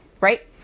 right